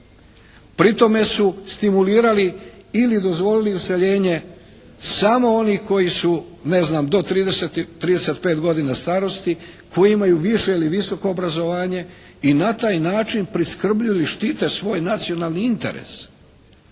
Pri tome su stimulirali ili dozvolili useljene samo onih koji su, ne znam, do 30, 35 godina starosti koji imaju više ili visoko obrazovanje i na taj način priskrbili i štite svoj nacionalni interes,